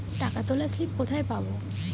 টাকা তোলার স্লিপ কোথায় পাব?